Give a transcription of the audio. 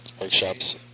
workshops